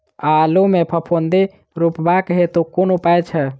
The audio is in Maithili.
आलु मे फफूंदी रुकबाक हेतु कुन उपाय छै?